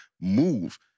Move